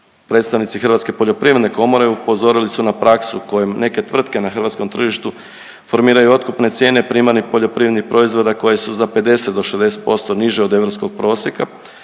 predstavnici Hrvatske poljoprivredne komore upozorili su na praksu kojom neke tvrtke na hrvatskom tržištu formiraju otkupne cijene primarnih poljoprivrednih proizvoda koje su za 50 do 60% niže od europskog prosjeka.